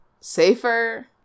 safer